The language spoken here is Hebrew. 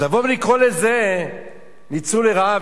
אז לבוא ולקרוא לזה ניצול לרעה,